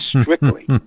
strictly